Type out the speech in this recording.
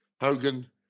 Hogan